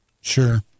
Sure